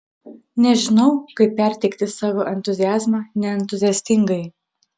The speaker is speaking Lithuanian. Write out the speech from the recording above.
nežinau kaip perteikti savo entuziazmą neentuziastingai